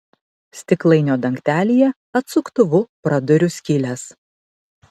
stiklainio dangtelyje atsuktuvu praduriu skyles